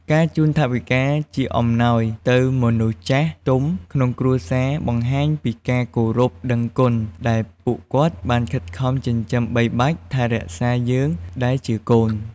ការជូនថវិកាជាអំណោយទៅមនុស្សចាស់ទុំក្នុងគ្រួសារបង្ហាញពីការគោរពដឹងគុណ ដែលពួកគាត់បានខិតខំចិញ្ចឹមបីបាច់ថែរក្សាយើងដែលជាកូន។